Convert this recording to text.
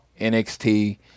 NXT